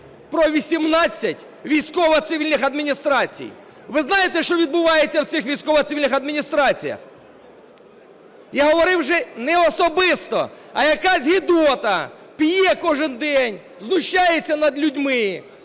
про 18 військово-цивільних адміністрацій. Ви знаєте, що відбувається в цих військово-цивільних адміністраціях? Я говорив вже, не особисто, а якась гидота п'є кожного дня, знущається над людьми,